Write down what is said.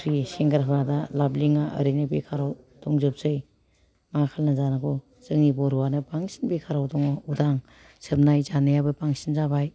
pre सेंग्राफ्रा दा लाबलिङा ओरैनो बेखारआव दंजोबसै मा खालायनानै जानांगौ जोंनि बर'आनो बांसिन बेखारआव दङ उदां सोबनाय जानायाबो बांसिन जाबाय